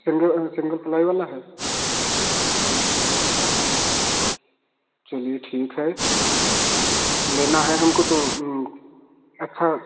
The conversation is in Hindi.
सिंगल सिंगल प्लाई वाला है अच्छा चलिए ठीक है लेना है हमको तो अखा